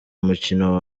mukino